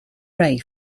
ray